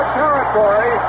territory